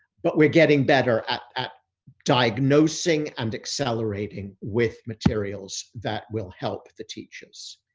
but we're getting better at at diagnosing and accelerating with materials that will help the teachers.